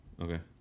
Okay